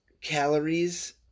calories